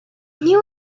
knew